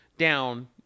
down